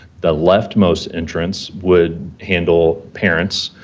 the left-most entrance would handle parents,